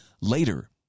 later